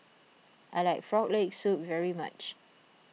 I like Frog Leg Soup very much